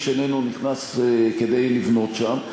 איש איננו נכנס כדי לבנות שם,